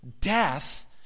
death